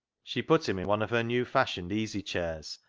she put him in one of her new-fashioned easy chairs,